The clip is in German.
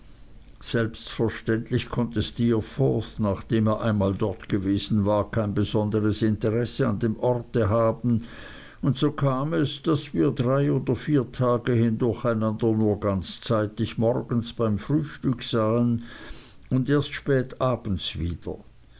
selbstverständlich konnte steerforth nachdem er einmal dort gewesen war kein besonderes interesse an dem orte haben und so kam es daß wir drei oder vier tage hindurch einander nur ganz zeitig morgens beim frühstück sahen und erst spät abends wieder